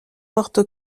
porto